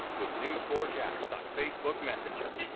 with news four jax on facebook messenger.